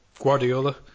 Guardiola